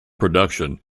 production